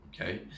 okay